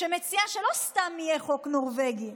שמציעה שלא סתם יהיה חוק נורבגי,